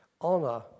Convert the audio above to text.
Honor